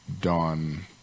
Dawn